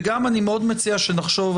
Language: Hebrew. אני מציע שנחשוב,